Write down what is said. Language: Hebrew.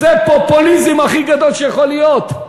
זה פופוליזם הכי גדול שיכול להיות.